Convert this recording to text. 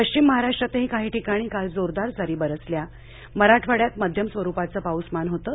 पश्चिम महाराष्ट्रातही काही ठिकाणी काल जोरदार सरी बरसल्या मराठवाड्यात मध्यम स्वरूपाच पाऊसमान होतं